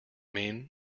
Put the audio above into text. mean